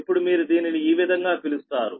ఇప్పుడు మీరు దీనిని ఈ విధంగా పిలుస్తారు